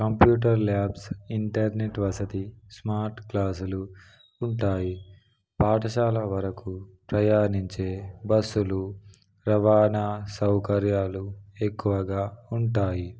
computer labs internet వసతి smart క్లాసులు ఉంటాయి పాఠశాల వరకు ప్రయాణించే బస్సులు రవాణా సౌకర్యాలు ఎక్కువగా ఉంటాయి